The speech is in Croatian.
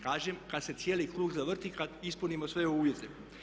Kažem kad se cijeli krug zavrti, kad ispunimo sve uvjete.